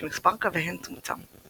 שמספר קוויהן צומצם.